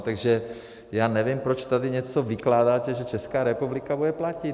Takže já nevím, proč tady něco vykládáte, že Česká republika bude platit.